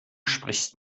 sprichst